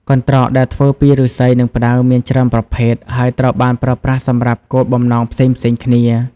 កន្ត្រកដែលធ្វើពីឫស្សី និងផ្តៅមានច្រើនប្រភេទ ហើយត្រូវបានប្រើប្រាស់សម្រាប់គោលបំណងផ្សេងៗគ្នា។